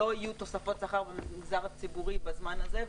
לא יהיו תוספות שכר במגזר הציבורי בזמן הזה,